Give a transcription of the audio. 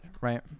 right